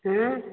ହଁ